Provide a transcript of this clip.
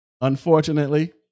unfortunately